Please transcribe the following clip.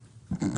בבקשה.